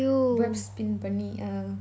webs spin பண்ணி:panni ah